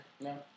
No